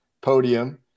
podium